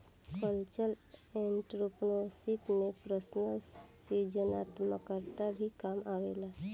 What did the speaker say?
cultural entrepreneurship में personal सृजनात्मकता भी काम आवेला